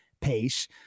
pace